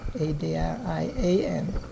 A-D-R-I-A-N